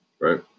right